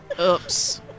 Oops